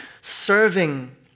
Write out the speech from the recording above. Serving